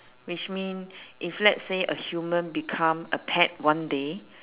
which mean if let's say a human become a pet one day